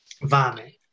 vomit